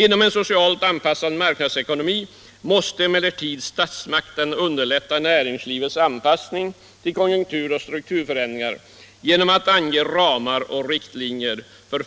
Inom en socialt anpassad marknadsekonomi måste emellertid statsmakterna underlätta näringslivets anpassning till konjunktur och strukturförändringar genom att ange ramar och riktlinjer för